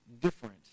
different